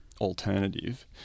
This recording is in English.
Alternative